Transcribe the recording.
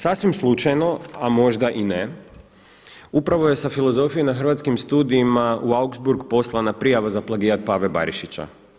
Sasvim slučajno, a možda i ne upravo je sa filozofije na Hrvatskim studijima u Augsburg poslana prijava za plagijat Pave Barišića.